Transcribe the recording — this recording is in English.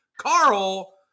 carl